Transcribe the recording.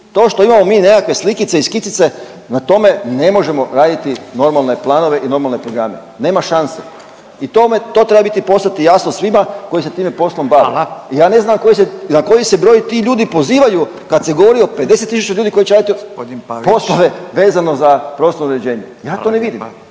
To što imamo mi nekakve slikice i skicice, na tome ne možemo raditi normalne planove i normalne programe, nema šanse i tome, to treba biti, postati jasno svima koji se time poslom bave. .../Upadica: Hvala./... I ja ne znam na koji se broj ti ljudi pozivaju kad se govori o 50 tisuća ljudi koji će radit … .../Upadica: G. Pavić./... … poslove vezeno za prostorno uređenje. Ja to ne vidim.